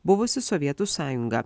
buvusi sovietų sąjunga